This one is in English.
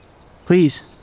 Please